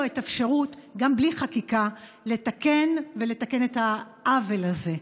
האפשרות גם בלי חקיקה לתקן את העוול הזה.